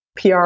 PR